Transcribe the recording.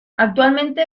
actualmente